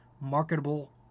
marketable